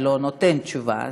שלא נותן תשובה,